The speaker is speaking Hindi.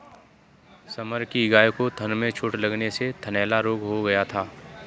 समर की गाय को थन में चोट लगने से थनैला रोग हो गया था